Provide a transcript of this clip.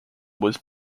was